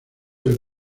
del